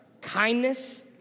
kindness